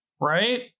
right